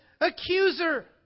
Accuser